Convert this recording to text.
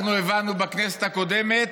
אנחנו הבנו בכנסת הקודמת,